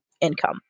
income